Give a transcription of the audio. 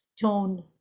tone